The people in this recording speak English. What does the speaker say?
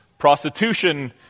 Prostitution